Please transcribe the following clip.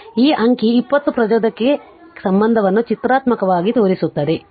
ಆದ್ದರಿಂದ ಈ ಅಂಕಿ 20 ಪ್ರಚೋದಕಕ್ಕೆ ಸಂಬಂಧವನ್ನು ಚಿತ್ರಾತ್ಮಕವಾಗಿ ತೋರಿಸುತ್ತದೆ